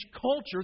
culture